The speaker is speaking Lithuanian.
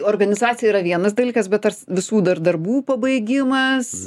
organizacija yra vienas dalykas bet ar s visų dar darbų pabaigimas